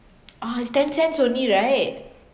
ah it's ten cents only right